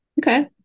Okay